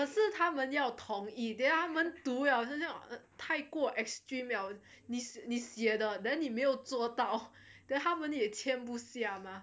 可是他们要同意 then 他们读了 太过 extreme 了 then 你没有做到 then 他们也签不下吗